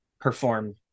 perform